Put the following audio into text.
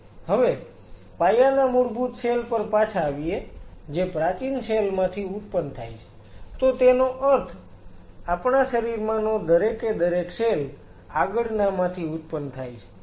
હવે પાયાના મૂળભૂત સેલ પર પાછા આવીએ જે પ્રાચીન સેલ માંથી ઉત્પન્ન થાય છે તો તેનો અર્થ આપણા શરીરમાંનો દરેકે દરેક સેલ આગળનામાંથી ઉત્પન્ન થાય છે